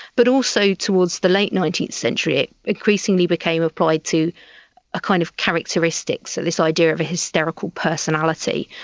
but also towards the late nineteenth century it increasingly became applied to a kind of characteristic, so this idea of a hysterical personality,